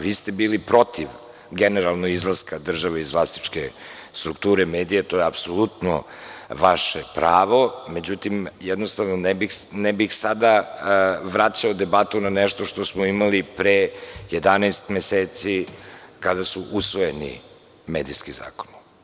Vi ste bili protiv generalno izlaska države iz vlasničke strukture medija, to je apsolutno vaše pravo, međutim, jednostavno ne bih sada vraćao debatu na nešto što smo imali pre 11 meseci kada su usvojeni medijski zakoni.